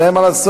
ואין מה לעשות,